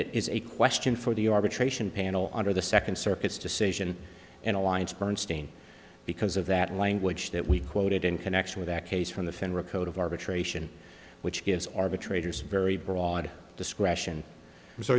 it is a question for the arbitration panel under the second circuit's decision and alliance bernstein because of that language that we quoted in connection with that case from the federal code of arbitration which gives arbitrators very broad discretion